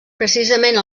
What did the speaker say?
precisament